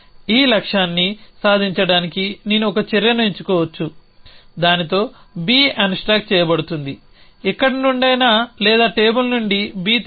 ఈ లక్ష్యాన్ని సాధించడానికి నేను ఒక చర్యను ఎంచుకోవచ్చు దానితో B అన్స్టాక్ చేయబడుతుంది ఎక్కడి నుండైనా లేదా టేబుల్ నుండి B తీయండి